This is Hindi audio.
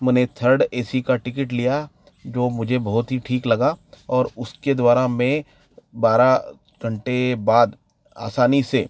मैंने थर्ड ए सी का टिकेट लिया जो मुझे बहुत ही ठीक लगा और उसके द्वारा में बारह घंटे बाद आसानी से